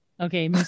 okay